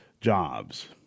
jobs